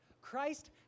Christ